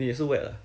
if I'm not